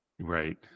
right